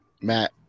Matt